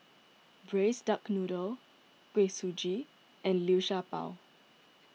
Braised Duck Noodle Kuih Suji and Liu Sha Bao